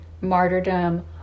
martyrdom